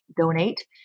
donate